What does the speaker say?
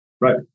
Right